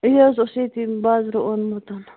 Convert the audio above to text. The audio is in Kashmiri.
یہِ حظ اوس ییٚتہِ بازرٕ اوٚنمُت